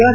R